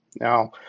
now